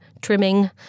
trimming